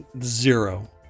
zero